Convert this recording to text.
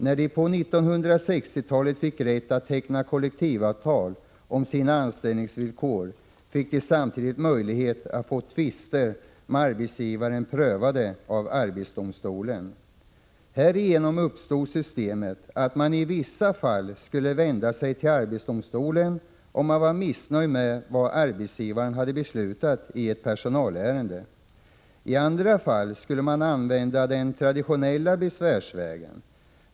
När de på 1960-talet fick rätt att teckna kollektivavtal om sina anställningsvillkor fick de samtidigt möjlighet att få tvister med arbetsgivaren prövade av arbetsdomstolen. Härigenom uppstod systemet att man i vissa fall skulle vända sig till arbetsdomstolen om man var missnöjd med vad arbetsgivaren hade beslutat i ett personalärende. I andra fall skulle man använda den traditionella besvärsvägen.